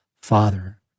Father